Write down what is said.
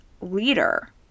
leader